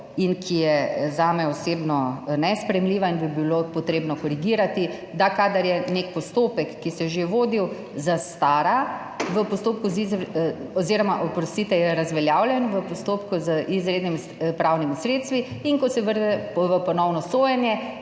in ki je zame osebno nesprejemljiva in bi jo bilo potrebno korigirati – da kadar je nek postopek, ki se je že vodil, razveljavljen v postopku z izrednimi pravnimi sredstvi, in ko se vrne v ponovno sojenje,